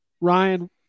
Ryan